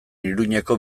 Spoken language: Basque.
iruñeko